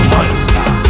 Monster